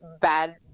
bad